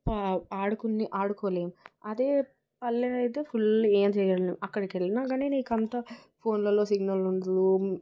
ఆడుకుని ఆడుకోలేం అదే పల్లె అయితే ఫుల్ ఏం చేయలేం అక్కడికెళ్ళినా కాని నీకు అంత ఫోన్లలో సిగ్నల్ ఉండదు